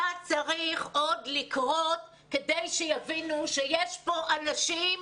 מה צריך עוד לקרות כדי שיבינו שיש כאן אנשים